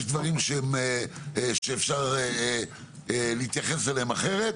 יש דברים שאפשר להתייחס אליהם אחרת.